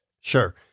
Sure